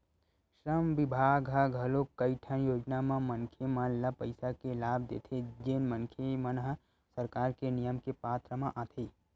श्रम बिभाग ह घलोक कइठन योजना म मनखे मन ल पइसा के लाभ देथे जेन मनखे मन ह सरकार के नियम के पात्र म आथे